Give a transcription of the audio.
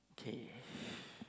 okay